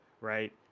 right